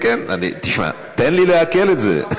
תשמע, תן לי לעכל את זה.